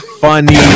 funny